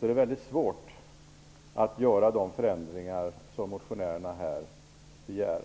-- är det väldigt svårt att göra de förändringar som motionärerna här begär.